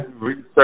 research